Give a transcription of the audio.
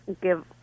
give